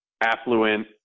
affluent